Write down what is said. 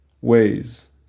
ways